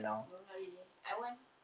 no not really I want